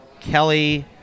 Kelly